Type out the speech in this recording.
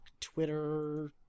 twitter